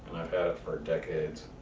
had for decades.